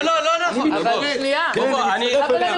להגיד "בואו,